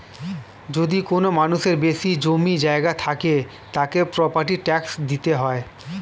যদি কোনো মানুষের বেশি জমি জায়গা থাকে, তাকে প্রপার্টি ট্যাক্স দিতে হয়